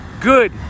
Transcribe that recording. good